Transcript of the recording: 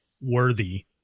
worthy